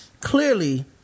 clearly